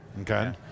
Okay